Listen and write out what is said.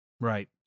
Right